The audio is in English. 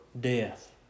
death